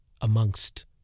amongst